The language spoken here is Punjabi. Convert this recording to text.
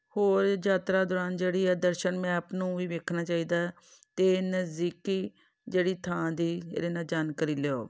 ਹੋਰ ਯਾਤਰਾ ਦੌਰਾਨ ਜਿਹੜੀ ਹੈ ਦਰਸ਼ਨ ਮੈਪ ਨੂੰ ਵੀ ਵੇਖਣਾ ਚਾਹੀਦਾ ਅਤੇ ਨਜ਼ਦੀਕੀ ਜਿਹੜੀ ਥਾਂ ਦੀ ਇਹਦੇ ਨਾਲ ਜਾਣਕਾਰੀ ਲਿਆਓ